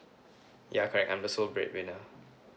ya correct I'm the sole breadwinner